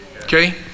okay